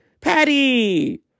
Patty